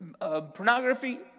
pornography